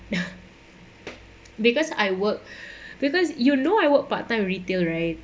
because I work because you know I work part time retail right